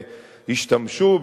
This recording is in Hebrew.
ישתמשו,